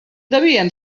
devien